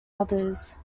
others